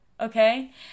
okay